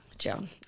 John